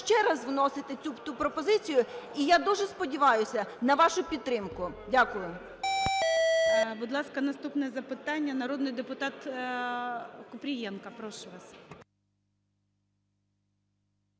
ще раз внести ту пропозицію. І я дуже сподіваюся на вашу підтримку. Дякую.